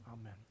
Amen